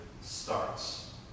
starts